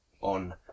on